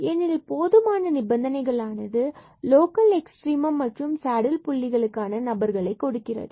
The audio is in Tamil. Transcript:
ஏனெனில் போதுமான நிபந்தனைகள் ஆனது லோக்கல் எக்ஸ்ட்ரிமம் மற்றும் சேடில் புள்ளிகளுக்கான நபர்களை கொடுக்கிறது